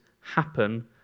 happen